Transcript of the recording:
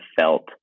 felt